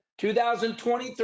2023